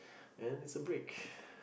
and is a break